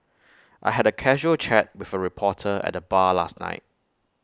I had A casual chat with A reporter at the bar last night